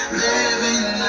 living